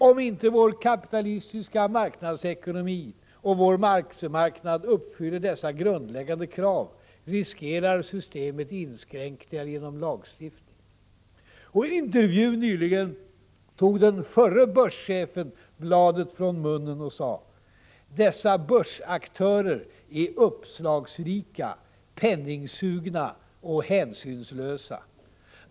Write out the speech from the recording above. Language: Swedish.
Om inte vår kapitalistiska marknadsekonomi och vår aktiemarknad uppfyller dessa grundläggande krav riskerar systemet inskränkningar genom lagstiftning.” Och i en intervju nyligen tog den förre börschefen bladet från munnen och sade: ”Dessa börsaktörer är uppslagsrika, penningsugna och hänsynslösa.